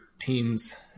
Teams